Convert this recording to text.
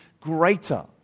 greater